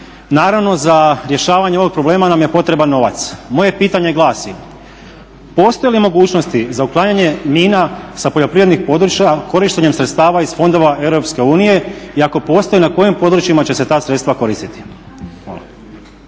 Naravno za rješavanje ovog problema nam je potreban novac. Moje pitanje glasi, postoje li mogućnosti za uklanjanje mina sa poljoprivrednih područja korištenjem sredstava iz fondova EU i ako postoje na kojim područjima će se ta sredstva koristiti.